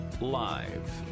Live